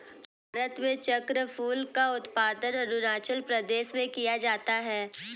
भारत में चक्रफूल का उत्पादन अरूणाचल प्रदेश में किया जाता है